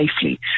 safely